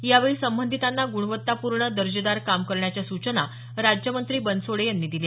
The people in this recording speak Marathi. यावेळी संबंधितांना गुणवत्तापूर्ण दर्जेदार काम करण्याच्या सूचना राज्यमंत्री बनसोडे यांनी दिल्या